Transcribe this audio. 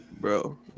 Bro